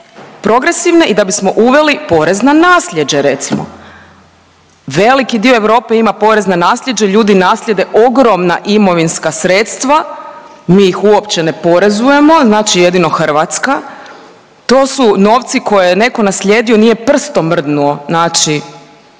progresivne i da bismo uveli porez na nasljeđe recimo. Veliki dio Europe ima porez na nasljeđe, ljudi naslijede ogromna imovinska sredstva, mi ih uopće ne porezujemo znači jedino Hrvatska. To su novci koje je netko naslijedio nije prstom mrdnuo. Znači